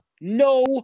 no